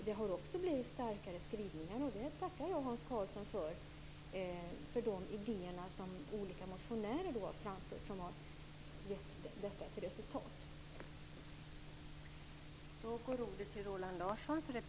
Det har också blivit starkare skrivningar, och jag tackar Hans Karlsson för att de idéer som olika motionärer har framfört har gett detta till resultat.